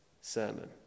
sermon